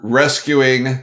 rescuing